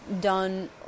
done